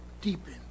deepen